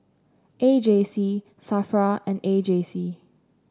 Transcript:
A J C Safra and A J C